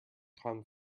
hung